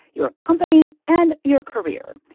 your company and your career.